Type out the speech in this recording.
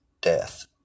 death